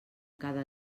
cada